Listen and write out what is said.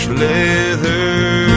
leather